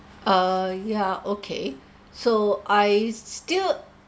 err yeah okay so I still